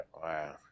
wow